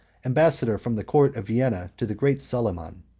ambassador from the court of vienna to the great soliman.